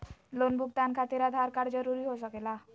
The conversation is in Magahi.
लोन भुगतान खातिर आधार कार्ड जरूरी हो सके ला?